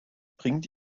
bringt